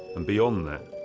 and beyond that,